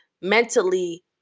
mentally